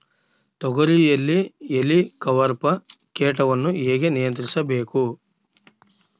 ತೋಗರಿಯಲ್ಲಿ ಹೇಲಿಕವರ್ಪ ಕೇಟವನ್ನು ಹೇಗೆ ನಿಯಂತ್ರಿಸಬೇಕು?